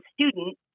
student